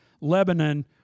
Lebanon